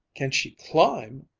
can she climb!